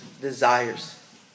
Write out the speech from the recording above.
desires